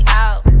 out